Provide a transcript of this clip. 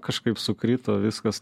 kažkaip sukrito viskas